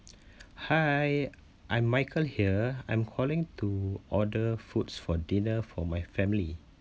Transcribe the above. hi I'm michael here I'm calling to order foods for dinner for my family